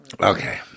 Okay